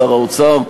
שר האוצר,